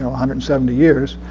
hundred and seventy years,